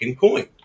Coin